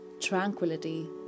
tranquility